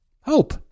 hope